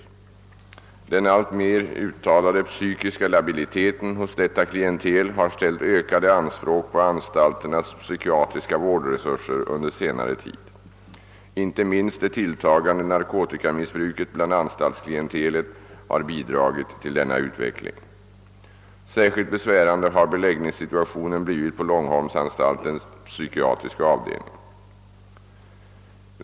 Den alltmer uttalade psykiska labiliteten hos detta klientel har ställt ökade anspråk på anstalternas psykiatriska vårdresurser under senare tid. Inte minst det tilltagande narkotikamissbruket bland = anstaltsklientelet har bidragit till denna utveckling. Särskilt besvärande har beläggningssituationen blivit på långholmsanstaltens psykiatriska avdelning.